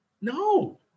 No